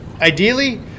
ideally